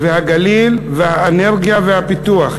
והגליל והאנרגיה והפיתוח,